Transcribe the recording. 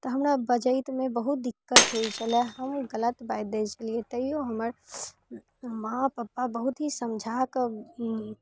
तऽ हमर बजैतमे बहुत दिक्कत होइत छलै हम गलत बाजि दय छलियै तैयो हमर माँ पप्पा बहुत ही समझा कऽ